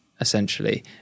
essentially